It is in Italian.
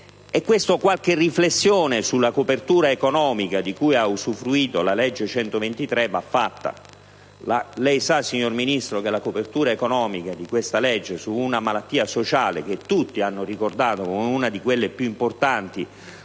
a qualche riflessione sulla copertura economica di cui ha usufruito la legge n. 123. Lei sa, signor Ministro, che la copertura economica di questa legge, che riguarda una malattia sociale che tutti hanno ricordato come una delle più importanti